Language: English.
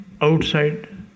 outside